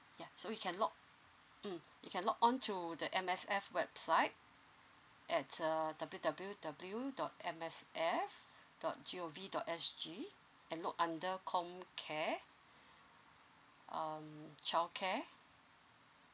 ya so you can log mm you can log on to the M_S_F website at err W W W dot M S F dot G O V dot S G and look under comcare um childcare